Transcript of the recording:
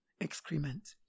excrement